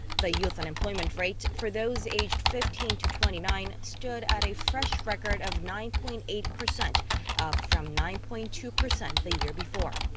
the youth unemployment rate. for those aged fifteen to twenty nine. stood at a fresh record of nine point eight percent, up from nine point two percent the year before.